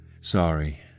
Sorry